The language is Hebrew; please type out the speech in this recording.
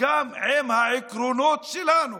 וגם עם העקרונות שלנו.